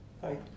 Hi